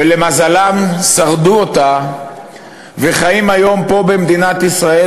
ולמזלם שרדו אותו והם חיים היום פה במדינת ישראל,